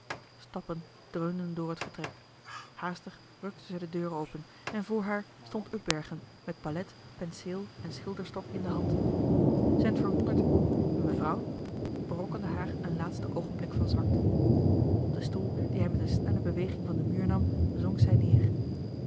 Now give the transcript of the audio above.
stappen dreunden door het vertrek haastig rukte zij de deur open en voor haar stond upbergen met palet penseel en schilderstok in de hand zijn verwonderd mevrouw berokkende haar een laatste oogenblik van zwakte op den stoel dien hij met een snelle beweging van den muur nam zonk zij neer